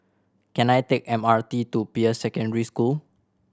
can I take M R T to Peirce Secondary School